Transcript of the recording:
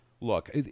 Look